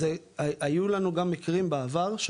היו לנו גם מקרים בעבר,